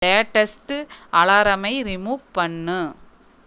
latest அலாரமை remove பண்ணு